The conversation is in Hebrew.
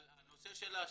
אבל בנושא השמגלוץ'